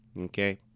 okay